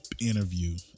interview